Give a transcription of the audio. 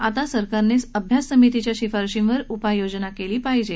आता सरकारने अभ्यास समितीच्या शिफारशींवर उपाययोजना केली पाहिजे